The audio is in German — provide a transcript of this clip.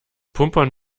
pumpern